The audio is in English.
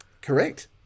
Correct